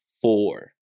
four